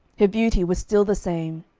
her beauty was still the same,